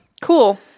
Cool